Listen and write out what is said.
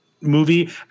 movie